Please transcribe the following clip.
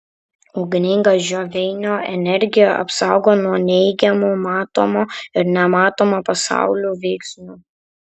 ugninga žioveinio energija apsaugo nuo neigiamų matomo ir nematomo pasaulių veiksnių